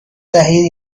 دهید